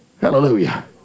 Hallelujah